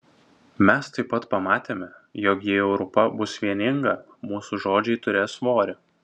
mes taip pat pamatėme jog jei europa bus vieninga mūsų žodžiai turės svorį